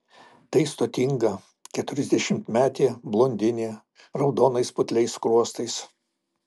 tai stotinga keturiasdešimtmetė blondinė raudonais putliais skruostais